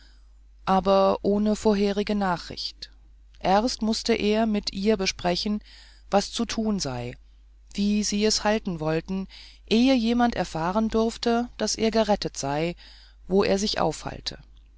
aber ohne vorherige nachricht erst mußte er mit ihr besprechen was zu tun sei wie sie es halten wollten ehe jemand erfahren durfte daß er gerettet sei wo er sich aufhalte